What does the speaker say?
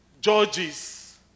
judges